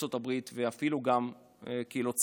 ארצות הברית ואפילו בקהילות צרפת,